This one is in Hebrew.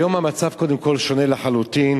היום המצב, קודם כול, שונה לחלוטין: